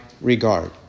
regard